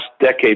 decade